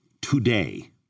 today